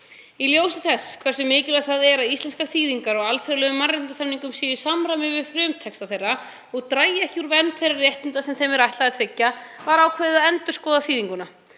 Í ljósi þess hversu mikilvægt það er að íslenskar þýðingar á alþjóðlegum mannréttindasamningum séu í samræmi við frumtexta þeirra og dragi ekki úr vernd þeirra réttinda sem þeim er ætlað að tryggja, var ákveðið að endurskoða þýðinguna.